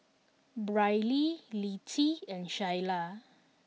Brylee Littie and Shyla